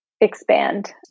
expand